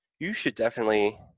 you should definitely